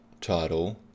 title